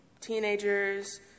teenagers